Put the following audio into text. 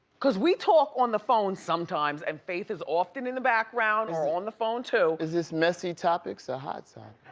cause we talk on the phone sometimes, and faith is often in the background, or on the phone too. is this messy topics or hot so